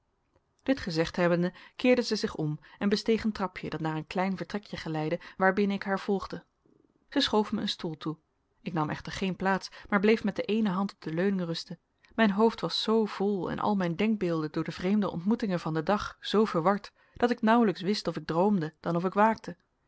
dit gezegd hebbende keerde zij zich om en besteeg een trapje dat naar een klein vertrekje geleidde waar binnen ik haar volgde zij schoof mij een stoel toe ik nam echter geen plaats maar bleef met de eene hand op de leuning rusten mijn hoofd was zoo vol en al mijn denkbeelden door de vreemde ontmoetingen van den dag zoo verward dat ik nauwelijks wist of ik droomde dan of ik waakte